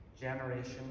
generation